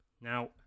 Now